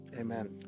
Amen